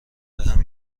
بهم